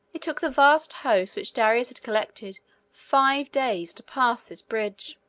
it took the vast host which darius had collected five days to pass this bridge.